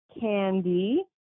candy